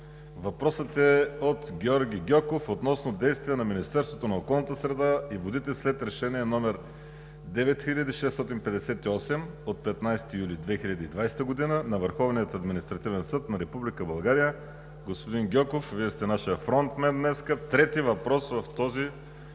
Въпросът е от Георги Гьоков относно действия на Министерството на околната среда и водите след решение № 9658 от 15 юли 2020 г. на Върховния административен съд на Република България. Господин Гьоков, Вие сте нашият фронтмен днес – трети въпрос в този